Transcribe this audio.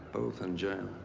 both in jail.